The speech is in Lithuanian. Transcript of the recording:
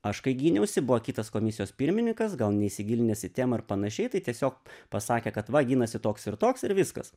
aš kai gyniausi buvo kitas komisijos pirmininkas gal neįsigilinęs į temą ir panašiai tai tiesiog pasakė kad va ginasi toks ir toks ir viskas